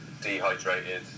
dehydrated